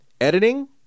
Editing